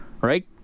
Right